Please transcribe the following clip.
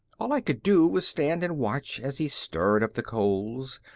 all i could do was stand and watch as he stirred up the coals,